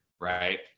right